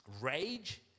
rage